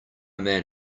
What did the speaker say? man